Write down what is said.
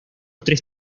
tres